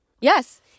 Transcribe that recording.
Yes